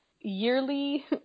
yearly